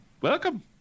welcome